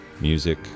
music